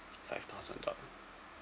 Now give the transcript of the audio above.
five thousand dollar